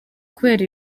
kubera